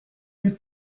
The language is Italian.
più